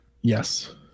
Yes